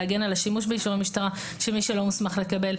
להגן על השימוש באישורי משטרה שמי שלא מוסמך לקבל,